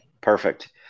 Perfect